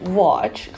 watch